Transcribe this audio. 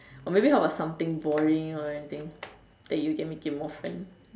or maybe how about something boring or anything that you can make it more fun